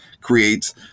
creates